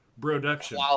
production